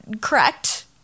correct